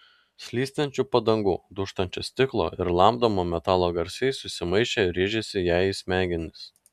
slystančių padangų dūžtančio stiklo ir lamdomo metalo garsai susimaišę rėžėsi jai į smegenis